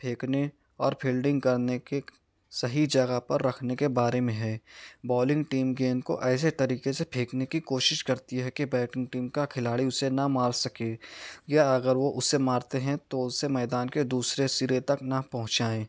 پھینکنے اور فیلڈنگ کرنے کے صحیح جگہ پر رکھنے کے بارے میں ہے بالنگ ٹیم گیند کو ایسے طریقے سے پھینکنے کی کوشش کرتی ہے کہ بیٹنگ ٹیم کا کھلاڑی اسے نہ مار سکے یا اگر وہ اسے مارتے ہیں تو اسے میدان کے دوسرے سرے تک نہ پہنچائیں